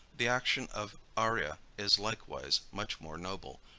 the action of arria is likewise much more noble,